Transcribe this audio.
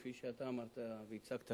כפי שאתה אמרת והצגת,